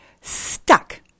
Stuck